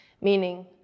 meaning